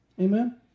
Amen